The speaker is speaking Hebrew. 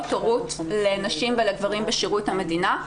הורות לנשים ולגברים בשירות המדינה.